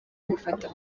gufata